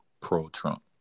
pro-Trump